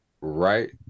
right